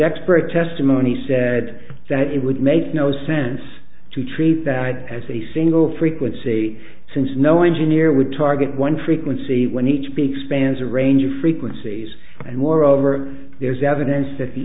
expert testimony said that it would make no sense to treat that as a single frequency since no engineer would target one frequency when each peak spans a range of frequencies and moreover there is evidence that the